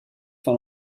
van